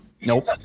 Nope